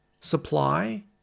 supply